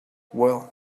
well